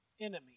enemy